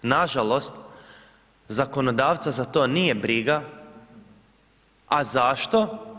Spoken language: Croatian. Nažalost, zakonodavca za to nije briga, zašto?